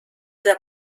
der